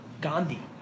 Gandhi